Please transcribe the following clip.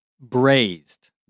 braised